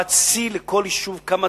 וקובעת שיא לכל יישוב, כמה